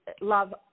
love